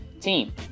team